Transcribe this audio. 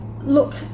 Look